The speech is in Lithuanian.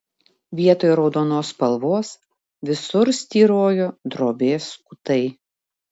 vietoj raudonos spalvos visur styrojo drobės skutai